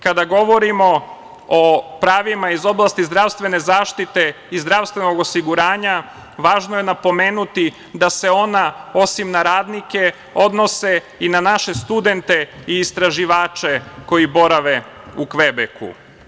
Kada govorimo o pravima iz oblasti zdravstvene zaštite i zdravstvenog osiguranja važno je napomenuti da se ona osim na radnike odnose i na naše studente i istraživače koji borave u Kvebeku.